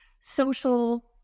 social